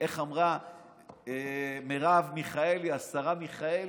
איך אמרה מרב מיכאלי, השרה מיכאלי?